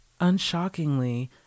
Unshockingly